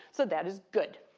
so that is good.